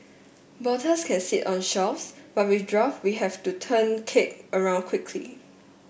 bottles can sit on shelves but with draft we have to turn keg around quickly